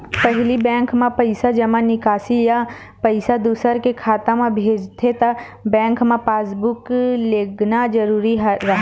पहिली बेंक म पइसा जमा, निकासी या पइसा दूसर के खाता म भेजथे त बेंक म पासबूक लेगना जरूरी राहय